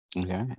Okay